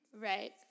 Right